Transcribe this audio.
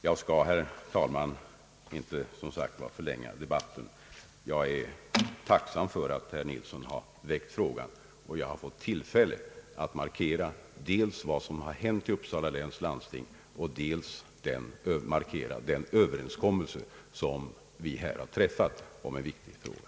Jag skall, herr talman, som sagt inte förlänga debatten. Jag är tacksam för att herr Nilsson har väckt frågan och jag har fått tillfälle att markera dels vad som har hänt i Uppsala läns landsting, dels den överenskommelse som vi här har träffat om en viktig fråga.